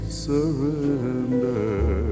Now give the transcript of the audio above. surrender